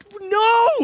no